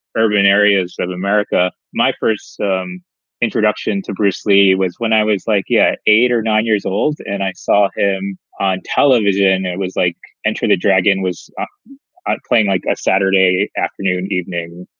urban areas of america. my first um introduction to bruce lee was when i was like, yeah, eight or nine years old. and i saw him on television. it was like entering a dragon was playing like a saturday afternoon evening